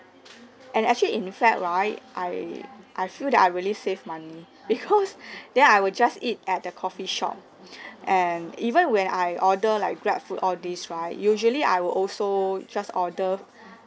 and actually in fact right I I feel that I really save money because then I will just eat at the coffeeshop and even when I order like grabfood all these right usually I will also just order